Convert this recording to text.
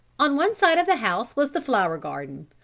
on one side of the house was the flower garden,